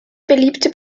beliebte